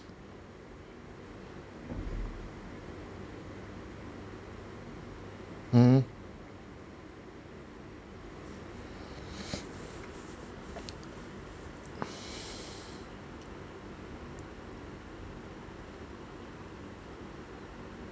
mmhmm